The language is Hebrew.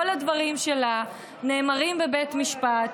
כל הדברים שלה נאמרים בבית משפט,